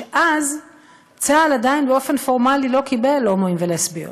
שאז צה"ל עדיין באופן פורמלי לא קיבל הומואים ולסביות,